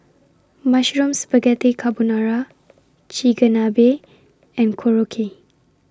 Mushroom Spaghetti Carbonara Chigenabe and Korokke